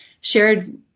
shared